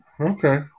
Okay